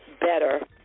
better